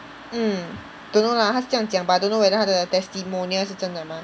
mm don't know lah 他是这样讲 but don't know whether 他的 testimonial 是真的 mah